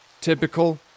Typical